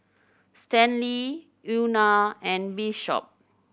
Stanley Una and Bishop